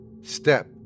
Step